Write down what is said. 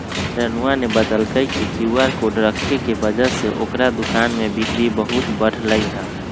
रानूआ ने बतल कई कि क्यू आर कोड रखे के वजह से ओकरा दुकान में बिक्री बहुत बढ़ लय है